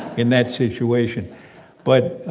in that situation but